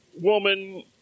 woman